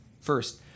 First